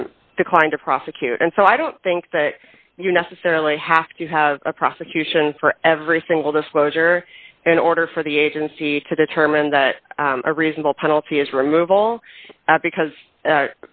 declined to prosecute and so i don't think that you necessarily have to have a prosecution for every single disclosure in order for the agency to determine that a reasonable penalty is removal because